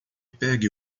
pegue